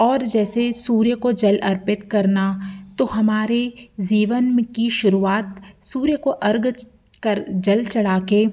और जैसे सूर्य को जल अर्पित करना तो हमारे जीवन की शुरुआत सूर्य को अर्घ कर जल चढ़ा के